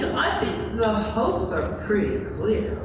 the hopes are pretty clear,